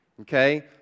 Okay